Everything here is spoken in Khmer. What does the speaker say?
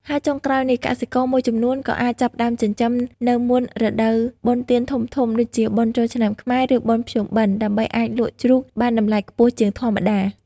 ហើយចុងក្រោយនេះ កសិករមួយចំនួនក៏អាចចាប់ផ្ដើមចិញ្ចឹមនៅមុន រដូវបុណ្យទានធំៗ ដូចជាបុណ្យចូលឆ្នាំខ្មែរ ឬបុណ្យភ្ជុំបិណ្ឌ ដើម្បីអាចលក់ជ្រូកបានតម្លៃខ្ពស់ជាងធម្មតា។